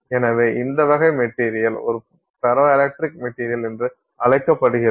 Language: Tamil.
எனவே இந்த வகை மெட்டீரியல் ஒரு ஃபெரோஎலக்ட்ரிக் மெட்டீரியல் என்று அழைக்கப்படுகிறது